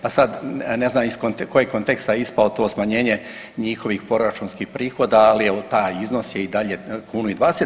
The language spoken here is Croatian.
Pa sad ne znam iz kojeg konteksta je ispalo to smanjenje njihovih proračunskih prihoda, ali evo taj iznos je i dalje 1,20.